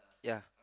ya